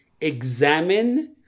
examine